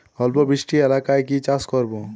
অল্প বৃষ্টি এলাকায় কি চাষ করব?